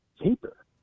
paper